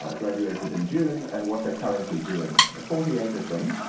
ah graduated in june, and what they're currently doing forty eight of them.